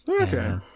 Okay